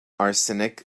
arsenic